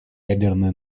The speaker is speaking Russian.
ядерной